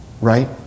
Right